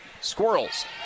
Squirrels